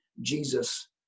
Jesus